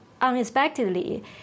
unexpectedly